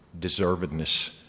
deservedness